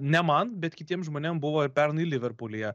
ne man bet kitiem žmonėm buvo ir pernai liverpulyje